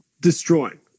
destroying